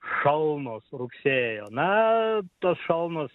šalnos rugsėjo na tos šalnos